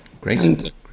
Great